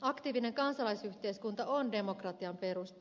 aktiivinen kansalaisyhteiskunta on demokratian perusta